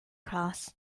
cross